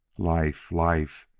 life life,